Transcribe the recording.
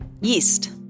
yeast